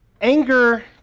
Anger